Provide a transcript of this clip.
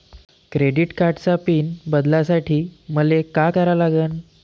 Credit कार्डाचा pin बदलासाठी मले का करा लागन?